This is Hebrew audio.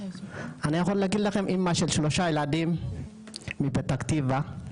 אני יכול להגיד לכם אמא לשלושה ילדים מפתח תקווה,